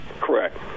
Correct